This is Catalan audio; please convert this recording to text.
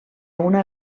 una